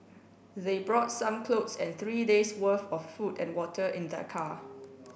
they brought some clothes and three days worth of food and water in their car